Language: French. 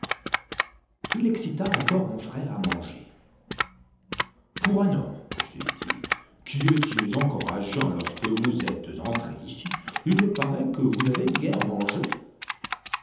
il excita encore mon frère à manger pour un homme poursuivit-il qui étiez encore à jeun lorsque vous êtes entré ici il me paraît que vous n'avez guère mangé